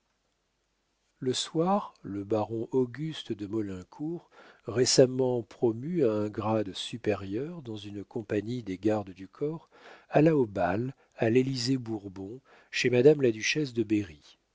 le soir le baron auguste de maulincour récemment promu à un grade supérieur dans une compagnie des gardes du corps alla au bal à l'élysée-bourbon chez madame la duchesse de berri